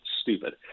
stupid